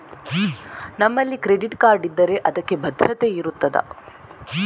ನಮ್ಮಲ್ಲಿ credit card ಇದ್ದರೆ ಅದಕ್ಕೆ ಭದ್ರತೆ ಇರುತ್ತದಾ?